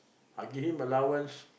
I give him allowance